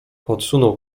odsunął